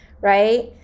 right